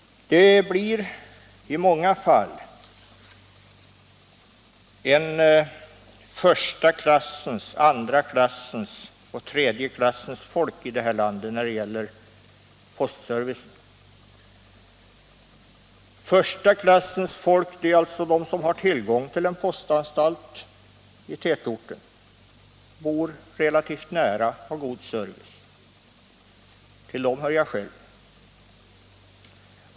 Det blir i många fall en uppdelning i första klassens, andraklassens och tredjeklassens medborgare när det gäller postservicen. Första klassens medborgare blir de som har tillgång till en postanstalt i tätorterna. De bor relativt nära denna och har god service. Till dem hör jag själv.